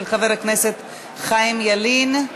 של חבר הכנסת חיים ילין.